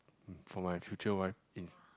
for my future wife is